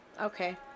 Okay